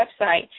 website